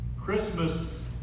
Christmas